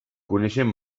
coneixem